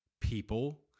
people